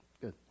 Good